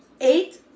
Eight